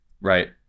right